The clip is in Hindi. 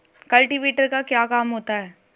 कल्टीवेटर का क्या काम होता है?